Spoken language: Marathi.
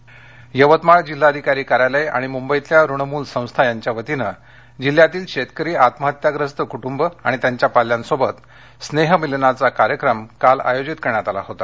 स्नेहमिलन यवतमाळ जिल्हाधिकारी कार्यालय आणि मुंबईतल्या ऋणमुल संस्था यांच्या वतीनं जिल्ह्यातील शेतकरी आत्महत्याग्रस्त कूटुंब आणि त्यांच्या पाल्यांसोबत स्नेहमिलनाचा कार्यक्रम काल आयोजित करण्यात आला होता